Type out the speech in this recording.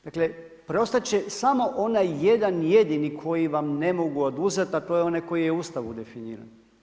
Dakle, preostat će samo onaj jedan jedini koji vam ne mogu oduzeti, a to je onaj koji je u Ustavu definiran.